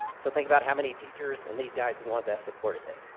so think about how many teachers, and these guys are the ones that supported it.